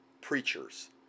preachers